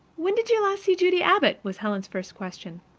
when did you last see judy abbott? was helen's first question.